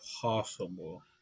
possible